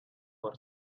for